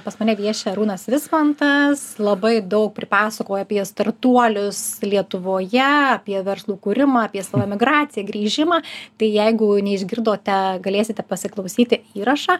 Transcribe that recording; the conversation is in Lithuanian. pas mane vieši arūnas vismantas labai daug pripasakojo apie startuolius lietuvoje apie verslų kūrimą apie savo emigraciją grįžimą tai jeigu neišgirdote galėsite pasiklausyti įrašą